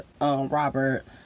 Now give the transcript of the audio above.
Robert